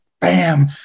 bam